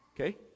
okay